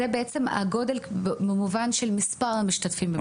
זה בעצם הגודל במובן של מספר המשתתפים במכון כושר.